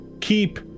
keep